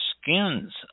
skins